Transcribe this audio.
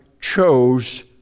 chose